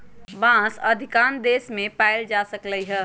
बांस अधिकांश देश मे पाएल जा सकलई ह